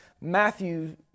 Matthew